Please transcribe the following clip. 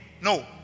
no